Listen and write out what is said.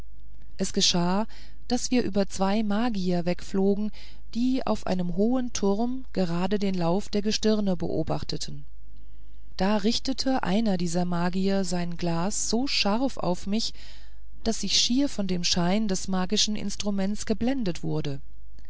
es geschah daß wir über zwei magier wegflogen die auf einem hohen turm gerade den lauf der gestirne beobachteten da richtete der eine dieser magier sein glas so scharf auf mich daß ich schier von dem schein des magischen instruments geblendet wurde